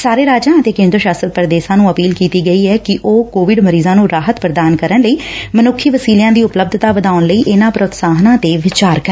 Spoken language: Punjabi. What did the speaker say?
ਸਾਰੇ ਰਾਜਾਂ ਅਤੇ ਕੇਂਦਰ ਸਾਸ਼ਤ ਪੁਦੇਸ਼ਾਂ ਨੂੰ ਅਪੀਲ ਕੀਤੀ ਗਈ ਐ ਕਿ ਉਹ ਕੋਵਿਡ ਮਰੀਜ਼ਾਂ ਨੂੰ ਰਾਹਤ ਪੁਦਾਨ ਕਰਨ ਲਈ ਮਨੁੱਖੀ ਵਸੀਲਿਆਂ ਦੀ ਉਪਲਬੱਧਤਾ ਵਧਾਉਣ ਲੂਈ ਇਨੁਾਂ ਪ੍ਰੋਤਸਾਹਨਾਂ ਤੇ ਵਿਚਾਰ ਕਰਨ